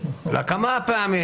אלא כמה פעמים.